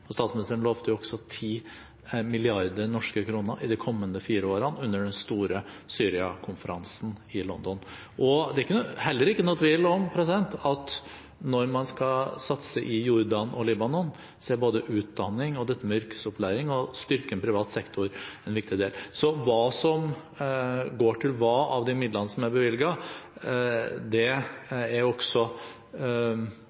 Statsministeren lovte jo også 10 mrd. norske kroner i de kommende fire årene under den store Syria-konferansen i London. Det er heller ikke noen tvil om at når man skal satse i Jordan og Libanon, er både utdanning og dette med yrkesopplæring og styrking av privat sektor en viktig del. Så når det gjelder hva som går til hva av de midlene som er bevilget, er det